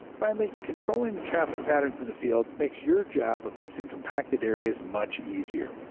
finally, controlling the traffic patterns in the field makes your job of fixing compacted areas much easier.